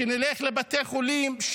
כשנלך לבתי חולים,